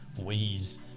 Weeze